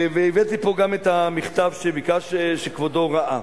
הבאתי פה גם את המכתב שכבודו ראה.